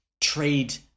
trade